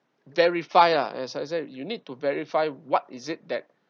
verify uh as I said you need to verify what is it that